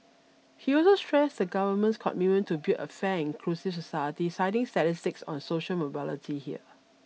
he also stressed the Government's commitment to build a fan inclusive society citing statistics on social mobility here